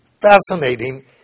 Fascinating